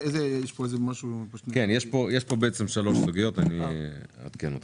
כן, יש שלוש סוגיות ואני אעדכן אותך.